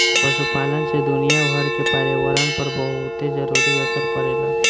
पशुपालन से दुनियाभर के पर्यावरण पर बहुते जरूरी असर पड़ेला